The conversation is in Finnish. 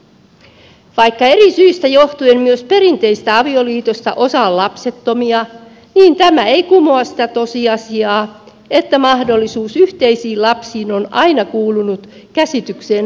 vaikka eri syistä johtuen myös perinteisistä avioliitoista osa on lapsettomia niin tämä ei kumoa sitä tosiasiaa että mahdollisuus yhteisiin lapsiin on aina kuulunut käsitykseen avioliitosta